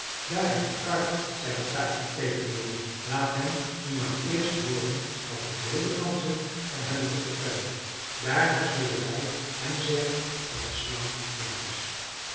daar heb je karr zei bataki tegen den jongen laat hem nu maar eerst hooren wat de wilde ganzen hem hebben te vertellen daarna zullen wij hem zeggen dat de slang dood is